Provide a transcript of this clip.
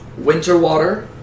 Winterwater